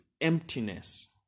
emptiness